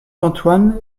antoine